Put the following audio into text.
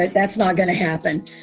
like that's not going to happen